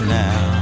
now